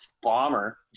bomber